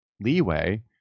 leeway